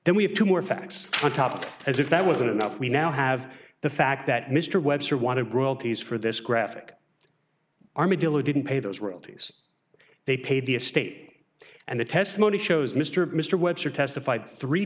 then we have two more facts on top as if that wasn't enough we now have the fact that mr webster want to tease for this graphic armadillo didn't pay those royalties they paid the estate and the testimony shows mr mr webster testified three